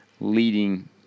leading